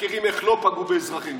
מתחקרים איך לא פגעו באזרחים.